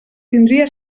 tindria